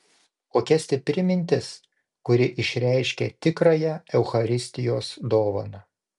kokia stipri mintis kuri išreiškia tikrąją eucharistijos dovaną